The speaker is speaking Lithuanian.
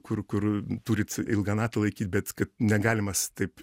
kur kur turit ilgą natą laikyt bet kad negalimas taip